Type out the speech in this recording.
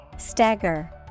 Stagger